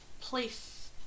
place